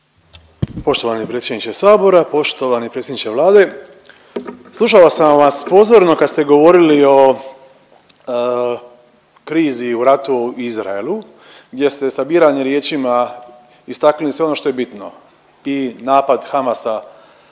Poštovani predsjedniče sabora. Poštovani predsjedniče Vlade, slušao sam vas pozorno kad ste govorili o krizi i o ratu u Izraelu gdje ste sa biranim riječima istaknuli sve ono što je bitno i napad Hamasa